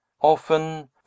often